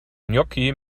gnocchi